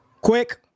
Quick